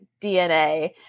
DNA